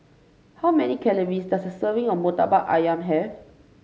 how many calories does a serving of murtabak ayam have